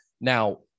Now